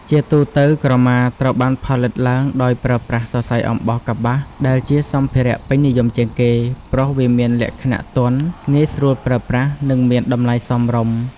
ជាទូទៅ ក្រមាត្រូវបានផលិតឡើងដោយប្រើប្រាស់ សរសៃអំបោះកប្បាស ដែលជាសម្ភារៈពេញនិយមជាងគេ ព្រោះវាមានលក្ខណៈទន់ ងាយស្រួលប្រើប្រាស់ និងមានតម្លៃសមរម្យ។